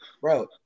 bro